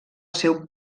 seu